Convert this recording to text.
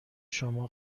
شما